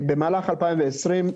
במהלך 2020,